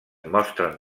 mostren